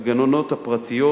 הגננות הפרטיות.